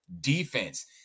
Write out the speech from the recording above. defense